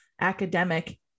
academic